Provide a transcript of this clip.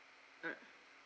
mm